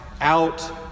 out